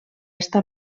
està